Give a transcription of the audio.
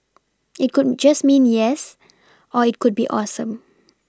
it could just mean yes or it could be awesome